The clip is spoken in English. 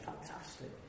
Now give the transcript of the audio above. fantastic